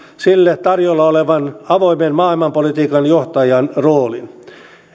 sille tarjolla olevan avoimen maailmanpolitiikan johtajan roolin